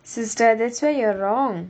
sister that's where you're wrong